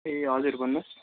ए हजुर भन्नुहोस्